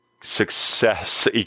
success